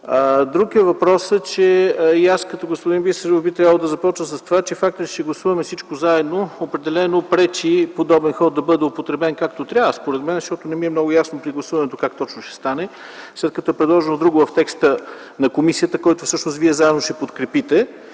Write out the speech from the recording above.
Друг е въпросът, че и аз като господин Бисеров би трябвало да започна с това, че фактът, че ще гласуваме всичко заедно, определено пречи подобен ход да бъде определен както трябва, според мен. Защото не ми е много ясно при гласуването как точно ще стане, след като е предложено друго в текста на комисията, който всъщност вие заедно ще подкрепите.